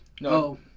No